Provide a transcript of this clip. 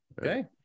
Okay